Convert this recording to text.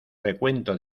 recuento